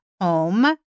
home